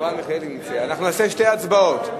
נעשה שתי הצבעות,